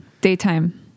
Daytime